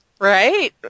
Right